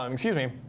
um excuse me.